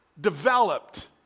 developed